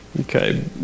Okay